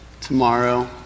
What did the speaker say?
tomorrow